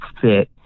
fit